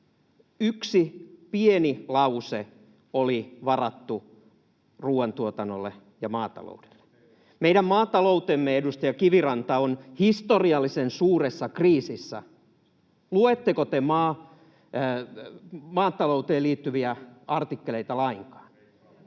yksi pieni lause oli varattu ruoantuotannolle ja maataloudelle. Meidän maataloutemme, edustaja Kiviranta, on historiallisen suuressa kriisissä. Luetteko te maatalouteen liittyviä artikkeleita lainkaan?